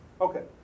Okay